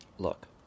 Look